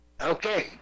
Okay